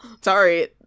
Sorry